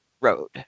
road